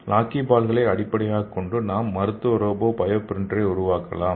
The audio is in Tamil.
லாக்கிபால்களை அடிப்படையாகக் கொண்டு நாம் மருத்துவ ரோபோ பயோ பிரிண்டரை உருவாக்கலாம்